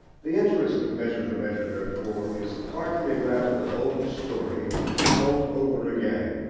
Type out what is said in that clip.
the interest of measure for measure, therefore, is partly that of an old story told over again.